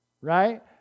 right